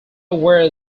were